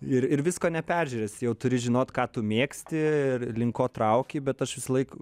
ir ir visko neperžiūrėsi jau turi žinot ką tu mėgsti ir link ko trauki bet aš visąlaik